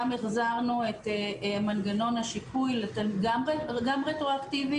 גם החזרנו את מנגנון השיפוי גם רטרואקטיבית